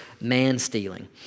man-stealing